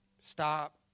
Stop